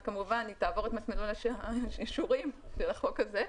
אז כמובן היא תעבור את מסלול האישורים של החוק הזה,